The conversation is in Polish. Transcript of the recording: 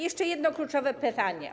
Jeszcze jedno kluczowe pytanie.